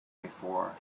before